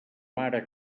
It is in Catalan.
mare